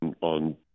on